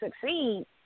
succeed